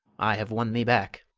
i have won thee back.